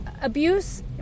abuse